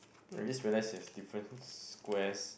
I just realise there's different squares